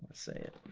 say it?